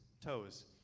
toes